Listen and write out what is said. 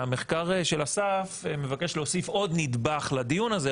שהמחקר של אסף מבקש להוסיף עוד נדבך לדיון הזה,